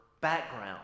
background